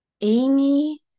Amy